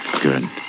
Good